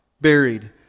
buried